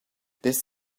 this